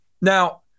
Now